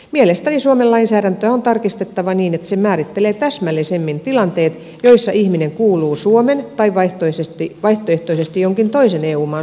mielestäni suomen lainsäädäntöä on tarkistettava niin että se määrittelee täsmällisemmin tilanteet joissa ihminen kuuluu suomen tai vaihtoehtoisesti jonkin toisen eu maan sosiaaliturvan piiriin